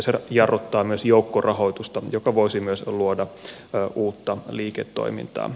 se jarruttaa myös joukkorahoitusta joka voisi luoda myös uutta liiketoimintaa